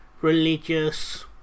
religious